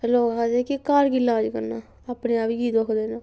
ते लोग आखदे कि घर की लाज करना अपने आप गी की दुख देना